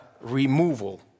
removal